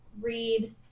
read